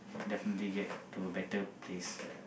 definitely get to a better place ya